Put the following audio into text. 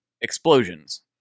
explosions